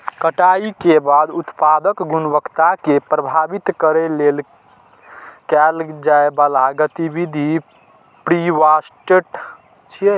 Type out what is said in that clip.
कटाइ के बाद उत्पादक गुणवत्ता कें प्रभावित करै लेल कैल जाइ बला गतिविधि प्रीहार्वेस्ट छियै